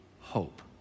hope